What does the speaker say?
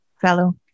fellow